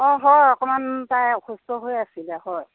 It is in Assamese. অ হয় অকণমান তাই অসুস্থ হৈ আছিলে হয়